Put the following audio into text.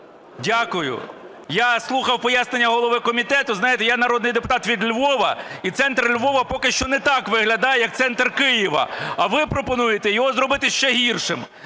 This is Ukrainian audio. Дякую. Я слухав пояснення голови комітету, знаєте, я народний депутат від Львова, і центр Львова поки що не так виглядає, як центр Києва, а ви пропонуєте його зробити ще гіршим.